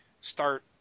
start